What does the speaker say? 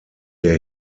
der